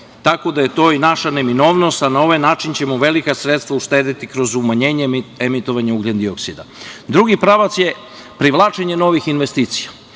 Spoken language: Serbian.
tako da je to i naša neminovnost, a na ovaj način ćemo velika sredstva uštedeti kroz umanjenje emitovanju ugljendioksida. Drugi pravac je privlačenje novih investicija,